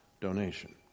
donation